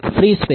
free space